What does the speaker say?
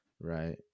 Right